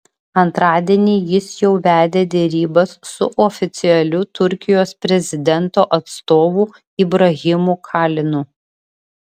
antradienį jis jau vedė derybas su oficialiu turkijos prezidento atstovu ibrahimu kalinu